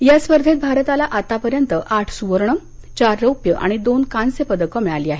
या स्पर्धेत भारताला आतापर्यंत आठ सुवर्ण चार रौप्य आणि दोन कांस्यपदकं मिळाली आहेत